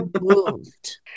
moved